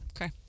Okay